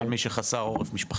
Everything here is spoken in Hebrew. את מדברת על מי שחסר עורף משפחתי.